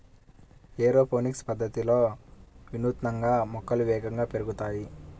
aeroponics పద్ధతిలో వినూత్నంగా మొక్కలు వేగంగా పెరుగుతాయి